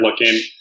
looking